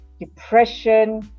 depression